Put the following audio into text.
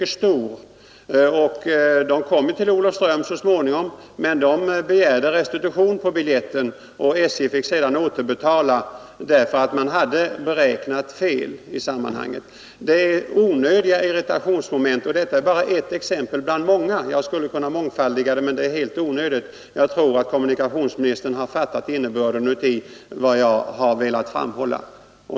Så småningom kom de emellertid till Olofström, men sedan begärde de restitution på biljettkostnaderna, och SJ fick betala tillbaka pengarna därför att man hade räknat fel. Sådana irritationsmoment är onödiga. Detta är bara ett exempel bland många. Jag skulle kunna ange fler, men jag avstår från det. Jag tror ändå att kommunikationsministern fattar innebörden i vad jag har velat framhålla.